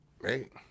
Right